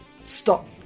Stop